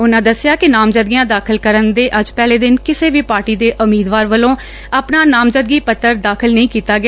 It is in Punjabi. ਉਨੂਾ ਦਸਿਆ ਕਿ ਨਾਮਜ਼ਦਗੀਆਂ ਦਾਖਲ ਕਰਨ ਦੇ ਅੱਜ ਪਹਿਲੇ ਦਿਨ ਕਿਸੇ ਵੀ ਪਾਰਟੀ ਦੇ ਉਮੀਦਵਾਰ ਵੱਲੋ ਆਪਣਾ ਨਾਮਜ਼ਦਗੀ ਪੱਤਰ ਦਾਖਲ ਨਹੀ ਕੀਤਾ ਗਿਆ